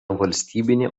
valstybinė